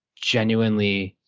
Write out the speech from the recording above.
genuinely